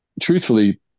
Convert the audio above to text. truthfully